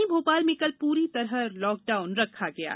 राजधानी भोपाल में कल पूरी तरह लॉकडाउन रखा गया था